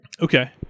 Okay